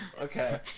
Okay